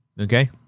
Okay